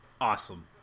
Awesome